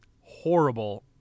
horrible